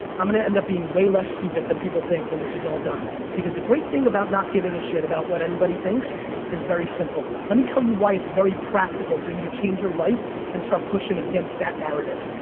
i'm gonna end up being way less stupid than people think when this is all done. because the great thing about not giving a shit about what anybody thinks is very simple. let me tell you why it's very practical for you to change your life and start pushing against that narrative.